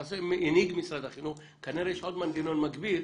שהנהיג משרד החינוך, כנראה יש עוד מנגנון מקביל.